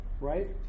right